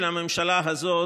(חבר הכנסת דוד אמסלם יוצא מאולם המליאה.)